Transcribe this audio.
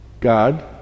God